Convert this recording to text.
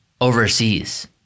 overseas